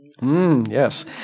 Yes